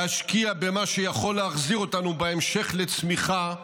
להשקיע במה שיכול להחזיר אותנו בהמשך לצמיחה,